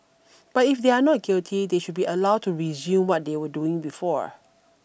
but if they are not guilty they should be allowed to resume what they were doing before